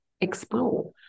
explore